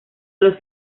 los